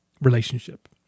relationship